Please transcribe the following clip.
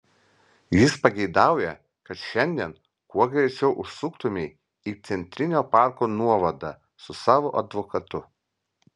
jis pageidauja kad šiandien kuo greičiau užsuktumei į centrinio parko nuovadą su savo advokatu